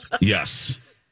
Yes